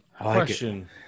Question